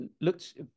looked